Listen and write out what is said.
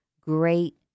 great